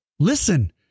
Listen